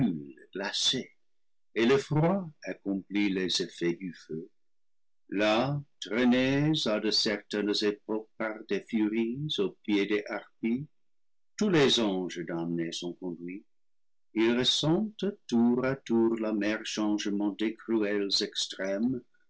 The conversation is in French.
et le froid accomplit les effets du feu là traînés à de certaines époques par les furies aux pieds des harpies tous les anges damnés sont conduits ils ressentent tour à tour l'amer changement des eruels extrêmes